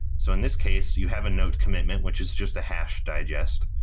so in this case, you have a note commitment, which is just a hash digest.